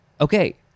Okay